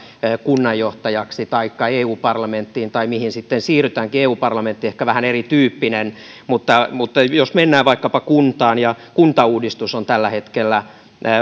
kunnanjohtajaksi taikka eu parlamenttiin tai mihin sitten siirrytäänkin eu parlamentti on ehkä vähän erityyppinen mutta mutta jos mennään vaikkapa kuntaan ja tällä hetkellä kuntauudistus